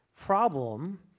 problem